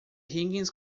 higgins